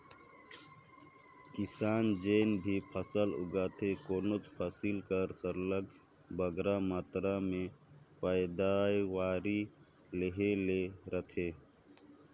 किसान जेन भी फसल उगाथे कोनोच फसिल कर सरलग बगरा मातरा में पएदावारी लेहे ले रहथे